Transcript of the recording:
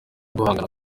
guhangana